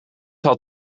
had